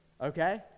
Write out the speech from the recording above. Okay